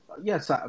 Yes